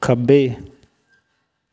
ਖੱਬੇ